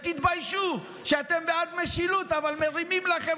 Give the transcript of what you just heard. ותתביישו שאתם בעד משילות אבל מרימים לכם